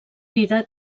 vida